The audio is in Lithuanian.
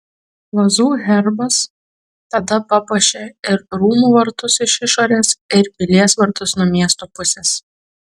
vazų herbas tada papuošė ir rūmų vartus iš išorės ir pilies vartus nuo miesto pusės